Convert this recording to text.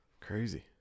crazy